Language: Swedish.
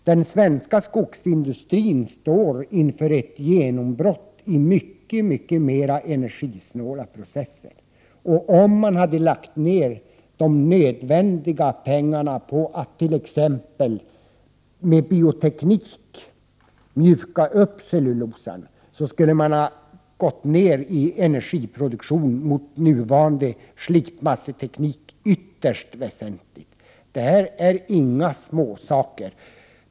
Den svenska skogsindustrin står inför ett genombrott i mycket, mycket mera energisnåla processer, och om man hade lagt de nödvändiga pengarna på att t.ex. med bioteknik mjuka upp cellulosan, skulle man ha sparat väsentlig energi i jämförelse med nuvarande slipmasseteknik. Detta är inga småsaker.